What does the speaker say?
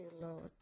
Lord